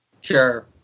Sure